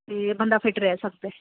ਅਤੇ ਬੰਦਾ ਫਿਟ ਰਹਿ ਸਕਦਾ